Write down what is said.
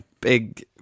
Big